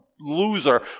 Loser